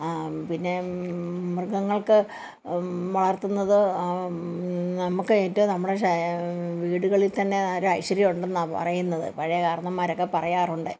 പിന്നെ മൃഗങ്ങൾക്ക് വളർത്തുന്നത് നമുക്ക് ഏറ്റവും നമ്മുടെ വീടുകളിൽ തന്നെ ഒരു ഐശ്വര്യം ഉണ്ടെന്നണ് പറയുന്നത് പഴയ കാരണവന്മാരൊക്കെ പറയാറുണ്ട്